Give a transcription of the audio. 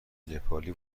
نپالی